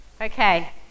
Okay